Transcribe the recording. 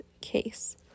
case